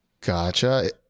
Gotcha